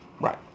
Right